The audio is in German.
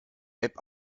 app